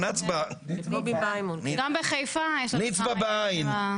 נצבא --- גם בחיפה יש לנו עניין עם החברה הזו.